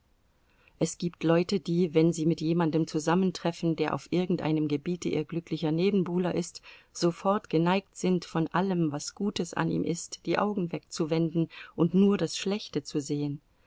es gibt leute die wenn sie mit jemandem zusammentreffen der auf irgendeinem gebiete ihr glücklicher nebenbuhler ist sofort geneigt sind von allem was gutes an ihm ist die augen wegzuwenden und nur das schlechte zu sehen